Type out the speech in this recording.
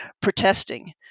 protesting